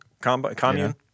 Commune